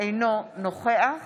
אינו נוכח